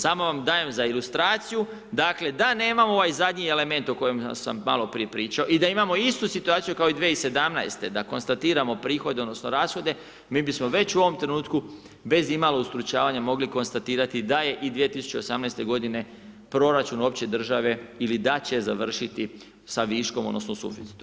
Samo vam dajem za ilustraciju, dakle, da nemamo ovaj zadnji element o kojem sam maloprije pričao i da imamo istu situaciju kao i 2017. da konstatiramo prihod odnosno rashode, mi bismo već u ovom trenutku bez imalo ustručavanja mogli konstatirati da je i 2018. godine proračun opće države ili da će završiti sa viškom odnosno suficitom.